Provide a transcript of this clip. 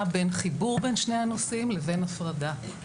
בין חיבור בין שני הנושאים לבין הפרדה.